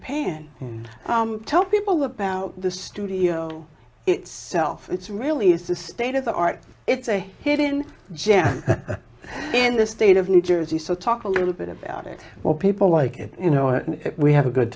pan and tell people about the studio itself it's really is the state of the art it's a hidden gem in the state of new jersey so talk a little bit about it or people like it you know we have a good